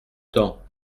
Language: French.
temps